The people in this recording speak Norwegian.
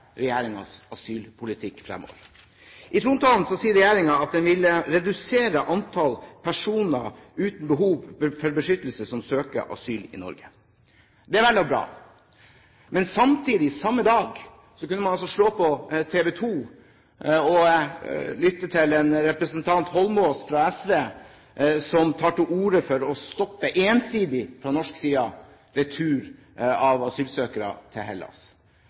asylpolitikk fremover. I trontalen sier regjeringen at man «vil redusere antallet personer uten behov for beskyttelse som søker asyl i Norge». Det er vel og bra, samtidig som man samme dag kunne slå på TV 2 og lytte til representanten Holmås fra SV som tok til orde for ensidig fra norsk side å stoppe retur av asylsøkere til Hellas.